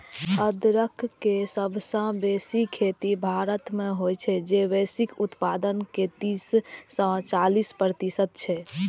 अदरक के सबसं बेसी खेती भारत मे होइ छै, जे वैश्विक उत्पादन के तीस सं चालीस प्रतिशत छै